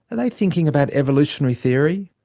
and they thinking about evolutionary theory,